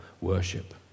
worship